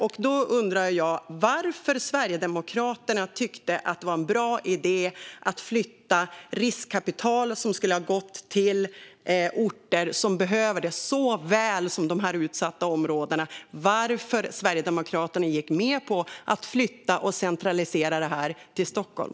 Jag undrar därför varför Sverigedemokraterna tyckte att det var en bra idé att flytta riskkapital som skulle ha gått till orter som behöver det så väl som dessa utsatta områden gör. Varför gick ni med på att flytta och centralisera detta till Stockholm?